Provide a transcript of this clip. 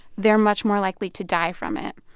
they're much more likely to die from it